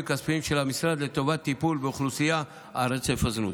כספיים של המשרד לטובת טיפול באוכלוסייה על רצף הזנות.